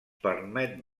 permet